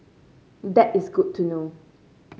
that is good to know